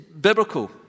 biblical